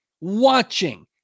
watching